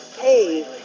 hey